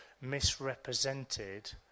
misrepresented